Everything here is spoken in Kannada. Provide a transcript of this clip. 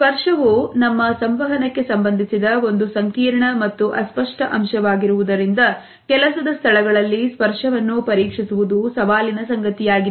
ಸ್ಪರ್ಶವು ನಮ್ಮ ಸಂವಹನಕ್ಕೆ ಸಂಬಂಧಿಸಿದ ಒಂದು ಸಂಕೀರ್ಣ ಮತ್ತು ಅಸ್ಪಷ್ಟ ಅಂಶವಾಗಿರುವುದರಿಂದ ಕೆಲಸದ ಸ್ಥಳಗಳಲ್ಲಿ ಸ್ಪರ್ಶವನ್ನು ಪರೀಕ್ಷಿಸುವುದು ಸವಾಲಿನ ಸಂಗತಿಯಾಗಿದೆ